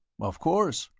of course.